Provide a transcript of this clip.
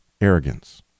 arrogance